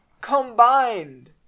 Combined